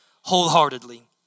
wholeheartedly